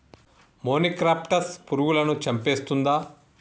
మొనిక్రప్టస్ పురుగులను చంపేస్తుందా?